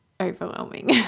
overwhelming